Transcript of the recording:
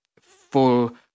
full